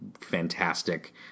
fantastic